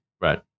Right